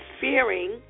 fearing